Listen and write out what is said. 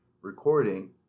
recording